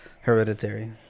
hereditary